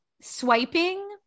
swiping